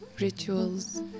rituals